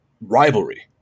rivalry